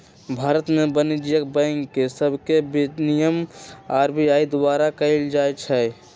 भारत में वाणिज्यिक बैंक सभके विनियमन आर.बी.आई द्वारा कएल जाइ छइ